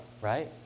right